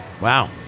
Wow